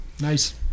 Nice